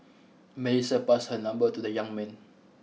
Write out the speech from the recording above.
Melissa passed her number to the young man